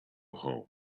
home